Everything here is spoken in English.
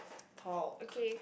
talk